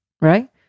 right